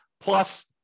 Plus